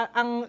ang